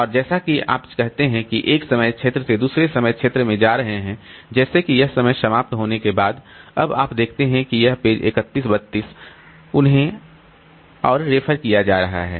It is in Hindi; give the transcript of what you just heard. और जैसा कि आप कहते हैं कि एक समय क्षेत्र से दूसरे समय क्षेत्र में जा रहे हैं जैसे कि यह समय समाप्त होने के बाद अब आप देखते हैं कि यह पेज 31 32 उन्हें और रेफर किया जा रहा है